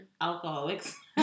alcoholics